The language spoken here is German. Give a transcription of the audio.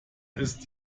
ist